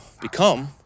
become